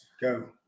go